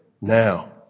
now